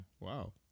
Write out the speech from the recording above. Wow